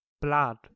blood